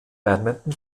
badminton